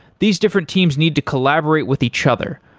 these different teams need to collaborate with each other,